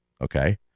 Okay